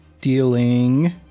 dealing